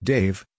Dave